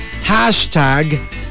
hashtag